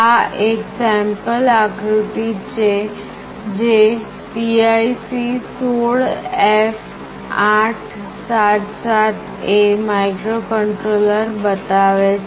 આ એક સેમ્પલ આકૃતિ છે જે PIC 16F877A માઇક્રોકન્ટ્રોલર બતાવે છે